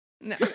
No